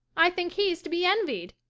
i think he's to be envied.